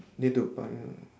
need to buy ah